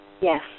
Yes